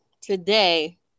today